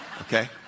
Okay